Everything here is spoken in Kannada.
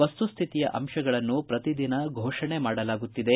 ವಸ್ತುಶ್ತಿತಿಯ ಅಂತಗಳನ್ನು ಪ್ರತಿದಿನ ಘೋಷಣೆ ಮಾಡಲಾಗುತ್ತಿದೆ